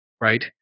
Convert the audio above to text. right